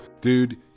Dude